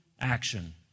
action